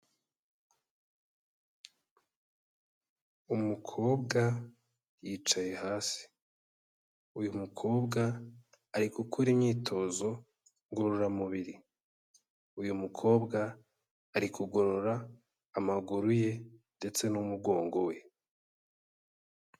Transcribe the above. Umukobwa yicaye hasi, uyu mukobwa ari gukora imyitozo ngororamubiri, uyu mukobwa ari kugorora amaguru ye ndetse n'umugongo we.